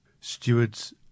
Stewards